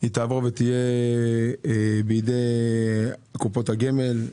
תעבור להיות בידי קופות הגמל,